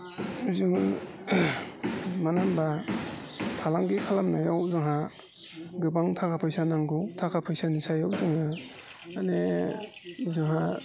जों मानो होमब्ला फालांगि खालामनायाव जोंहा गोबां थाखा फैसा नांगौ थाखा फैसानि सायाव जोङो माने जोंहा